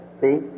See